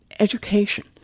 education